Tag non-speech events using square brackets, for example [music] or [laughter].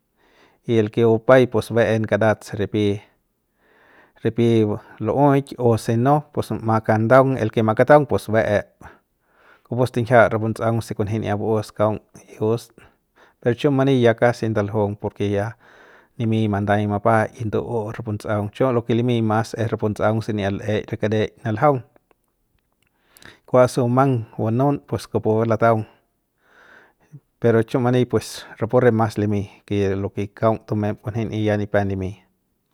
Y el ke bupai pues ba'en karat se ripi ripi lu'ueik o si no ma kandaung el ke makataung pus ba'ep kupu stinjia rapu ndatsꞌaung se kunjia'ia baus kaung ius per chiu mani ya kasi ndaljung porke ya nimi manday mapa ndu'u rapu ndtsꞌaung chiu lo ke limi mas es rapu ndatsꞌaung se ni'iat l'ey re kareik naljaung [noise] kua se bumang bunun pues kupu lataung pero chiu mani pues rapu re mas limi ke de lo ke kaung tumem kunji'ia ya nipep limin.